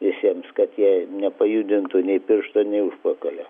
visiems kad jie nepajudintų nei piršto nei užpakalio